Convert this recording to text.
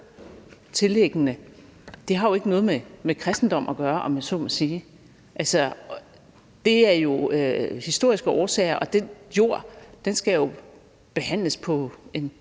jordtilliggende, har jo ikke noget med kristendom at gøre, om jeg så må sige. Det er jo af historiske årsager. Og den jord skal behandles på en